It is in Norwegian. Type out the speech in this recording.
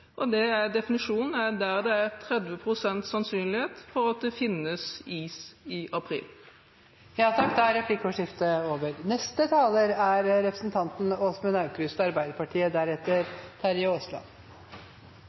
tidligere, og den definisjonen er der det er 30 pst. sannsynlighet for at det finnes is i april. Replikkordskiftet er